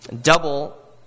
double